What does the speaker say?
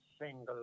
single